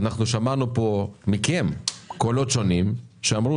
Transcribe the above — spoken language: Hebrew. אנחנו שמענו פה מכם קולות שונים שאמרו